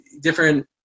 different